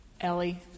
Ellie